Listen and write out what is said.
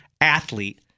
athlete